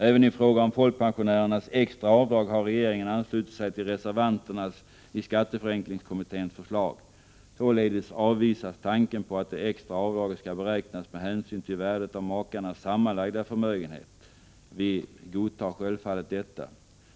Även i fråga om folkpensionärernas extra avdrag har regeringen anslutit sig till reservanternas i skatteförenklingskommittén förslag. Således avvisas tanken på att det extra avdraget skall beräknas med hänsyn till värdet av makarnas sammanlagda förmögenhet. Vi godtar självfallet detta.